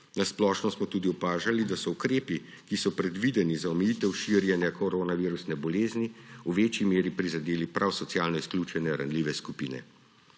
Na splošno smo tudi opažali, da so ukrepi, ki so predvideni za omejitev širjenja koronavirusne bolezni, v večji meri prizadeli prav socialno izključene ranljive skupine.